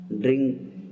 drink